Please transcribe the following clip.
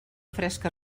fresca